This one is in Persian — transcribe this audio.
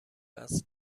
وزن